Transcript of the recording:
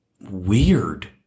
weird